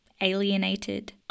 alienated